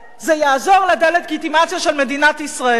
זה יעזור לדה-לגיטימציה של מדינת ישראל.